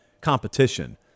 competition